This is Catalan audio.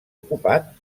ocupat